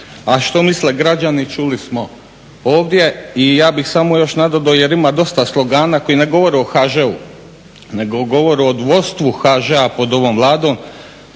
A što misle građani čuli smo ovdje. I ja bih samo još nadodao jer ima dosta slogana koji ne govore o HŽ-u nego govore o vodstvu HŽ-a pod ovom Vladom.